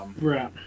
right